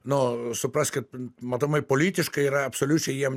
nu supraskit matomai politiškai yra absoliučiai jiem